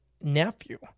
nephew